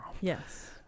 Yes